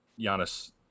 Giannis